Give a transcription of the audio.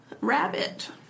rabbit